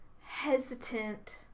hesitant